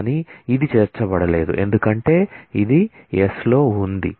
కానీ ఇది చేర్చబడలేదు ఎందుకంటే ఇది s లో ఉంది